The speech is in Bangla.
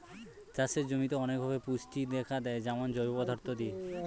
চাষের জমিতে অনেকভাবে পুষ্টি দেয়া যায় যেমন জৈব পদার্থ দিয়ে